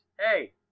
hey